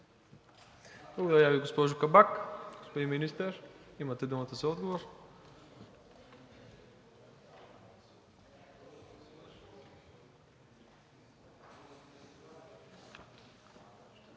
Благодаря Ви, госпожо Кабак. Господин Министър, имате думата за отговор.